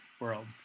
world